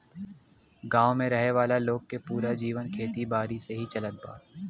गांव में रहे वाला लोग के पूरा जीवन खेती बारी से ही चलत बा